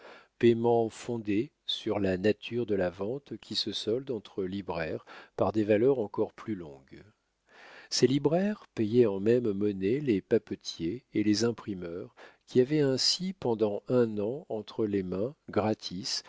payement fondé sur la nature de la vente qui se solde entre libraires par des valeurs encore plus longues ces libraires payaient en même monnaie les papetiers et les imprimeurs qui avaient ainsi pendant un an entre les mains gratis